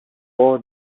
all